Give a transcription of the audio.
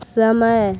समय